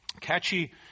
Catchy